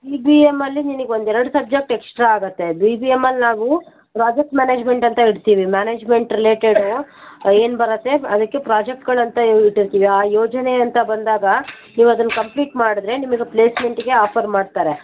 B B ಎಮ್ಮಲ್ಲಿ ನಿನಿಗೆ ಒಂದು ಎರಡು ಸಬ್ಜೆಕ್ಟ್ ಎಕ್ಶ್ಟ್ರಾ ಆಗುತ್ತೆ ಬಿ ಬಿ ಎಮ್ಮಲ್ಲಿ ನಾವು ಪ್ರಾಜೆಕ್ಟ್ ಮ್ಯಾನೇಜ್ಮೆಂಟ್ ಅಂತ ಇಡ್ತೀವಿ ಮ್ಯಾನೇಜ್ಮೆಂಟ್ ರಿಲೇಟೆಡು ಏನು ಬರುತ್ತೆ ಅದಕ್ಕೆ ಪ್ರಾಜೆಕ್ಟ್ಗಳಂತ ಇಟ್ಟಿರ್ತೀವಿ ಆ ಯೋಜನೆ ಅಂತ ಬಂದಾಗ ನೀವು ಅದನ್ನ ಕಂಪ್ಲೀಟ್ ಮಾಡಿದ್ರೆ ನಿಮಗೆ ಪ್ಲೇಸ್ಮೆಂಟಿಗೆ ಆಫರ್ ಮಾಡ್ತಾರೆ